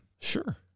Sure